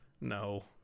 No